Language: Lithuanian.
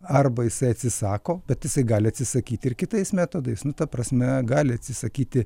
arba jisai atsisako bet jisai gali atsisakyti ir kitais metodais nu ta prasme gali atsisakyti